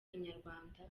inyarwanda